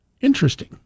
Interesting